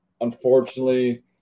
unfortunately